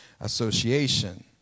association